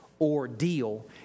ordeal